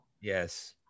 yes